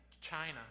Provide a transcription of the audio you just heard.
China